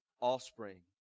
offspring